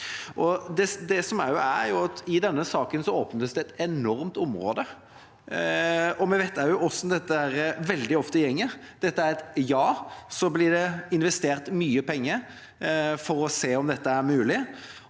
I denne saken åpnes det et enormt område, og vi vet hvordan dette veldig ofte går. Dette er et ja i dag, så blir det investert mye penger for å se om dette er mulig,